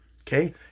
okay